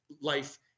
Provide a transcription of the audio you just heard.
life